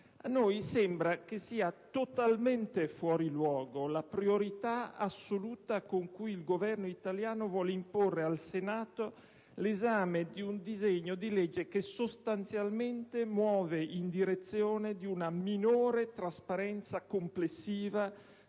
a noi sembra che sia totalmente fuori luogo la priorità assoluta con cui il Governo italiano vuole imporre al Senato l'esame di un disegno di legge che sostanzialmente muove in direzione di una minore trasparenza complessiva